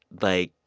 like,